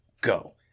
Go